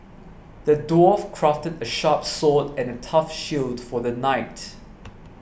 the dwarf crafted a sharp sword and a tough shield for the knight